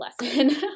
lesson